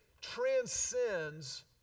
transcends